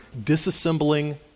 disassembling